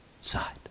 side